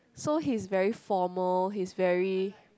so he's very formal he's very